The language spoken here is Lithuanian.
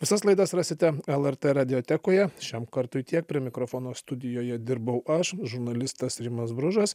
visas laidas rasite lrt radiotekoje šiam kartui tiek prie mikrofono studijoje dirbau aš žurnalistas rimas bružas